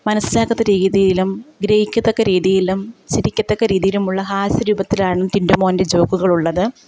മനസ്സിലാക്കത്തക്ക രീതിയിലും ഗ്രഹിക്കത്തക്ക രീതിയിലും ചിരിക്കത്തക്ക രീതിയിലുമുള്ള ഹാസ്യ രൂപത്തിലാണ് ടിൻറ്റു മോൻ്റെ ജോക്കുകൾ ഉള്ളത്